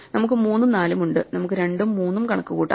നമുക്ക് 3 ഉം 4 ഉം ഉണ്ട് നമുക്ക് 2 ഉം മൂന്ന് ഉം കണക്കു കൂട്ടാം